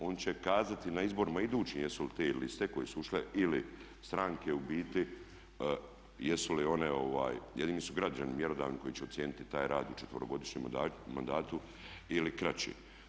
Oni će kazati na izborima idućim jesu li te liste koje su ušle ili stranke u biti jesu li one, jedini su građani mjerodavni koji će ocijeniti taj rad u četverogodišnjem mandatu ili kraće.